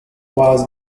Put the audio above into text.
was